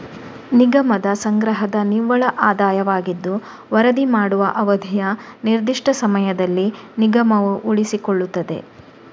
ನಿಗಮದ ಸಂಗ್ರಹದ ನಿವ್ವಳ ಆದಾಯವಾಗಿದ್ದು ವರದಿ ಮಾಡುವ ಅವಧಿಯ ನಿರ್ದಿಷ್ಟ ಸಮಯದಲ್ಲಿ ನಿಗಮವು ಉಳಿಸಿಕೊಳ್ಳುತ್ತದೆ